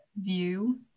view